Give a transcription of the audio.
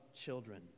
children